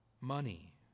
money